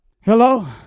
Hello